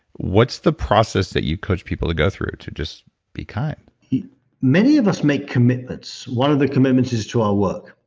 what's the process that you coach people to go through to just be kind? many of us make commitments. one of the commitments is to our work.